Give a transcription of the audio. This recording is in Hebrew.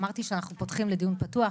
אמרתי שאנחנו פתוחים לדיון פתוח.